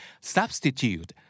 Substitute